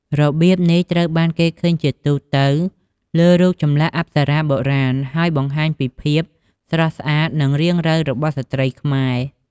របៀបនេះត្រូវបានគេឃើញជាទូទៅលើរូបចម្លាក់អប្សរាបុរាណ ហើយបង្ហាញពីភាពស្រស់ស្អាត និងរាងរៅរបស់ស្ត្រីខ្មែរ។